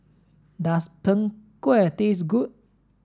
does png kueh taste good